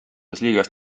liigas